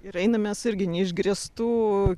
ir einam mes irgi neišgrįstu